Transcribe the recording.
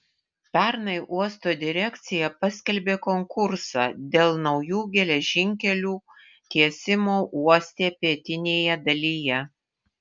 pernai uosto direkcija paskelbė konkursą dėl naujų geležinkelių tiesimo uoste pietinėje dalyje